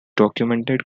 documented